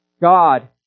God